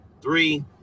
Three